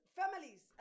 families